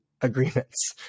agreements